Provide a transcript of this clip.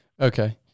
okay